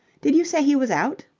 did you say he was out?